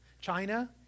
China